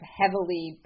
heavily